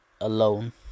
alone